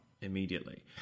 immediately